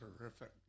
Terrific